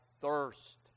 thirst